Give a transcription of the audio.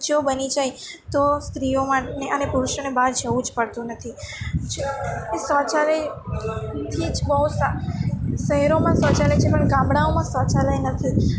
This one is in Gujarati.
જો બની જાય તો સ્ત્રીઓમાં અને પુરુષોને બહાર જવું જ પડતું નથી શૌચાલયથી જ બહુ શહેરોમાં શૌચાલય છે પણ ગામડાંઓમાં શૌચાલય નથી